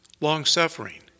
long-suffering